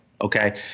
Okay